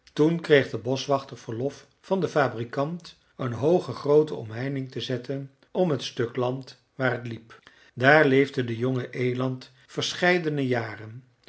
toen kreeg de boschwachter verlof van den fabrikant een hooge groote omheining te zetten om het stuk land waar het liep daar leefde de jonge eland verscheidene jaren